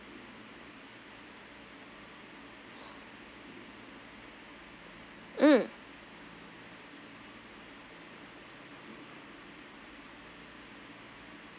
mm